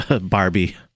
Barbie